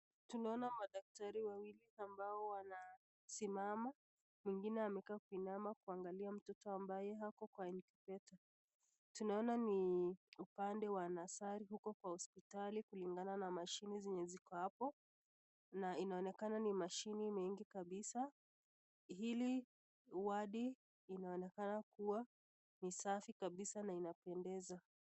Tumeona madaktari wawili ambao wanasimama. Mwingine amekaa kuinama kuangalia mtoto ambaye hako kwa [incubator]. Tunaona ni upande wa nursery huko kwa hospitali kulingana na machine ambazo ziko hapo, na inaonekana ni mashine nyingi kabisa, hili wadi linaonekana kuwa ni safi kabisa na linapendeza.